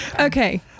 Okay